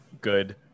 good